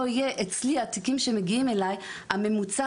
בכל מקרה התיקים שמגיעים אלי זה בממוצע